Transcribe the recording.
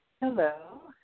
Hello